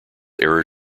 error